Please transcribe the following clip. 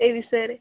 ଏଇ ବିଷୟରେ